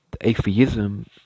Atheism